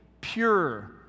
pure